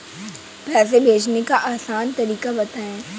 पैसे भेजने का आसान तरीका बताए?